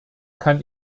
kann